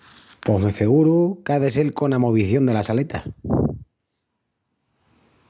Pos me feguru qu’á de sel cona movición delas aletas.